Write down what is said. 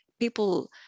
People